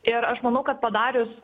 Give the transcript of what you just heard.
ir aš manau kad padarius